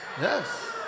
Yes